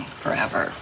forever